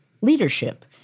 leadership